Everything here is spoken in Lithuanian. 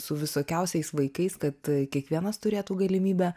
su visokiausiais vaikais kad kiekvienas turėtų galimybę